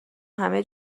همه